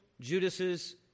Judas's